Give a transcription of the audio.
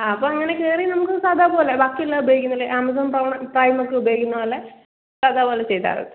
ആ അപ്പം അങ്ങനെ കയറി നമുക്ക് സാദാ പോലെ ബാക്കിയെല്ലാം ഉപയോഗിക്കുന്നത് പോലെ ആമസോൺ പ്രൈമൊക്കെ ഉപയോഗിക്കുന്നത് പോലെ സാദാ പോലെ ചെയ്താൽ മതി